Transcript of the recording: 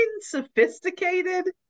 sophisticated